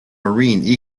marine